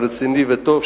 רציני וטוב,